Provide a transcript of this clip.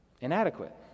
inadequate